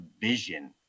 vision